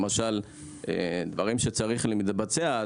למשל דברים שצריכים להתבצע,